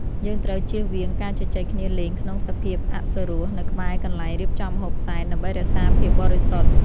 យើងត្រូវជៀសវាងការជជែកគ្នាលេងក្នុងសភាពអសុរោះនៅក្បែរកន្លែងរៀបចំម្ហូបសែនដើម្បីរក្សាភាពបរិសុទ្ធ។